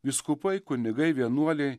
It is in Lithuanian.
vyskupai kunigai vienuoliai